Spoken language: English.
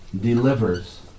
delivers